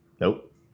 Nope